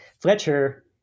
Fletcher